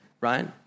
right